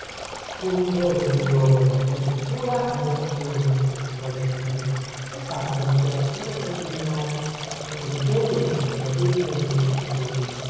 scontroso priore nè pittura nè lezione replicò il serafino è stata una dichiarazione preliminare dopo di che vengo subito a dirvi le mie afflizioni